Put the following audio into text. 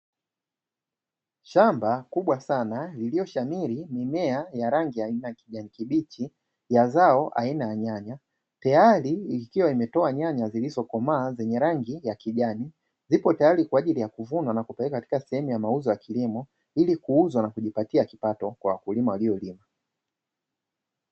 Shamba kubwa sana iliyoshamiri mimea ya rangi aina ya kijani kibichi ya zao aina ya nyanya, tayari ikiwa imetoa nyanya zilizokomaa zenye rangi ya kijani, zipo tayari kwa ajili ya kuvunwa na kupeleka katika sehemu ya mauzo ya kilimo, ili kuuzwa na kujipatia kipato kwa wakulima waliolima.